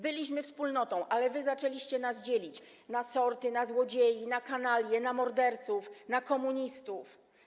Byliśmy wspólnotą, ale wy zaczęliście nas dzielić na sorty, na złodziei, kanalie, morderców, komunistów.